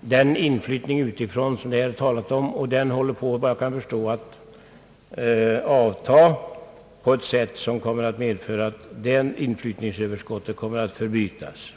den inflyttning utifrån som det här har talats om och som, efter vad jag kan förstå, håller på att avta på ett sätt som kommer att mcu :ura att inflyttningsöverskottet kommer att förbytas i sin motsats.